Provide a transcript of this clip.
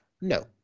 No